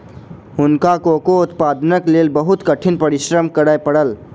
हुनका कोको उत्पादनक लेल बहुत कठिन परिश्रम करय पड़ल